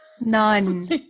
None